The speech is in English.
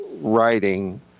writing